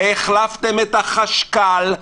והחלפתם את החשכ"ל,